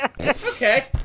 Okay